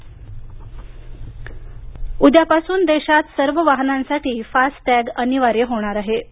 FASTag उद्यापासून देशात सर्व वाहनांसाठी फास्टॅग अनिवार्य होणार आहे